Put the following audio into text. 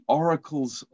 oracles